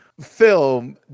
film